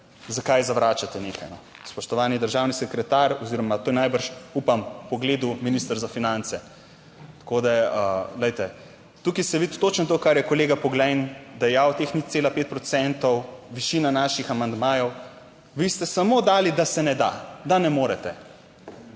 zakaj zavračate nekaj, spoštovani državni sekretar oziroma to je najbrž, upam, pogledal minister za finance. Tako da, glejte, tukaj se vidi točno to kar je kolega Poglajen dejal, teh 0,5 procentov višina naših amandmajev, vi ste samo dali, da se ne da, da ne morete.